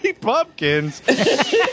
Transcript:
pumpkins